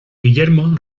guillermo